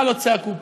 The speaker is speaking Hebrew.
מה לא צעקו פה?